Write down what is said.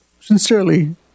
sincerely